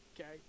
Okay